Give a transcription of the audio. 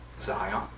Zion